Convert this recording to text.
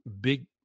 big